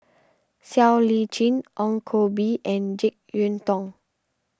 Siow Lee Chin Ong Koh Bee and Jek Yeun Thong